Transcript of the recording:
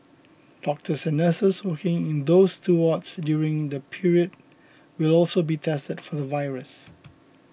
doctors and nurses working in those two wards during the period will also be tested for the virus